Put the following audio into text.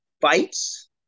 fights